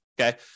Okay